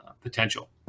potential